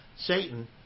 Satan